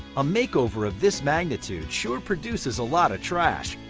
a makeover of this magnitude sure produces a lot of trash.